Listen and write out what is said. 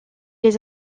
les